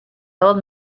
old